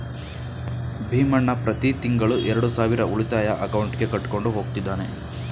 ಭೀಮಣ್ಣ ಪ್ರತಿ ತಿಂಗಳು ಎರಡು ಸಾವಿರ ಉಳಿತಾಯ ಅಕೌಂಟ್ಗೆ ಕಟ್ಕೊಂಡು ಹೋಗ್ತಿದ್ದಾನೆ